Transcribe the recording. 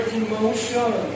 emotion